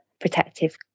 protective